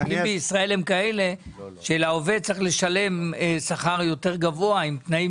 החוקים בישראל הם כאלה שלעובד צריך לשלם שכר גבוה יותר עם תנאים